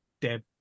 deb